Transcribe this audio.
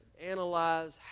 analyze